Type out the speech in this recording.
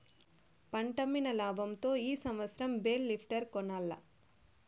పంటమ్మిన లాబంతో ఈ సంవత్సరం బేల్ లిఫ్టర్ కొనాల్ల